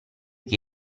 che